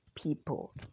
people